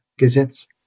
Gesetz